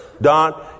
Don